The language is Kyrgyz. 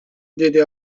деди